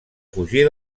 fugir